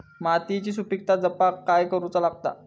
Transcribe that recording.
मातीयेची सुपीकता जपाक काय करूचा लागता?